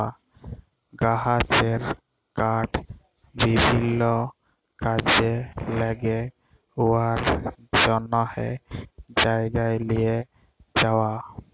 গাহাচের কাঠ বিভিল্ল্য কাজে ল্যাগে উয়ার জ্যনহে জায়গায় লিঁয়ে যাউয়া